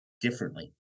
differently